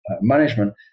management